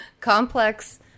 Complex